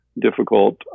difficult